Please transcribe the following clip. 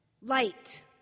Light